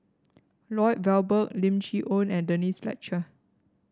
Lloyd Valberg Lim Chee Onn and Denise Fletcher